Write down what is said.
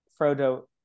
frodo